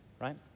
right